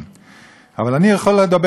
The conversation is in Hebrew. אבל אני יכול לדבר על הצד הערכי.